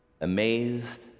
amazed